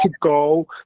go